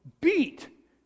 beat